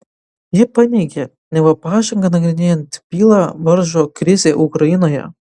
ji paneigė neva pažangą nagrinėjant bylą varžo krizė ukrainoje